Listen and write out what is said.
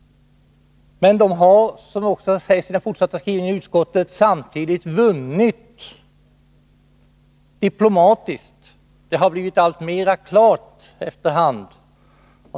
Men samtidigt har PLO, som också sägs i den fortsatta skrivningen i utskottsbetänkandet, vunnit diplomatiskt. Det har blivit alltmer klart efter hand.